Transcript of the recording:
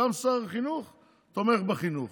גם שר החינוך תומך בחינוך,